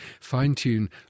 fine-tune